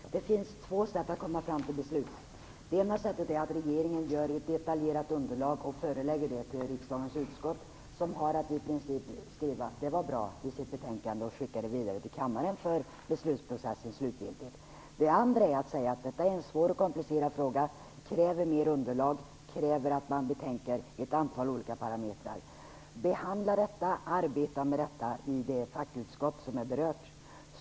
Fru talman! Det finns två sätt att komma fram till beslut. Det ena sättet är att regeringen förelägger ett detaljerat underlag för riksdagens utskott, som i princip har att skriva det var bra och skicka det vidare till kammaren för beslut. Det andra är att säga att detta är en svår och komplicerad fråga som kräver mer underlag, kräver att man betänker ett antal olika parametrar, arbetar med det i det fackutskott som berörs.